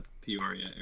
Peoria